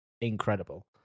incredible